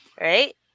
Right